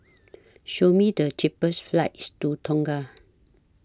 Show Me The cheapest flights to Tonga